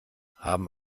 haben